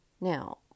Now